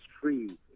free